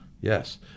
Yes